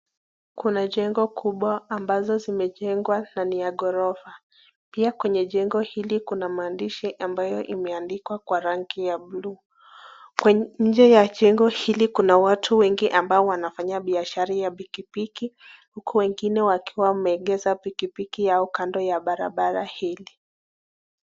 Kuna jengo kubwa ambazo zimejengwa na ni ya ghorofa. Pia kwenye jengo hili kuna maandishi ambayo imeandikwa kwa rangi ya bule . Nje ya jengo hili kuna watu wengi ambao wanafanya biashara ya pikipiki huku wengine wakiwa wameegesha pikipiki yao kando ya barabara hili.